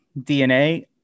DNA